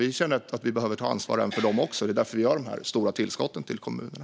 Vi känner att vi behöver ta ansvar även för dem, och det är därför vi gör de stora tillskotten till kommunerna.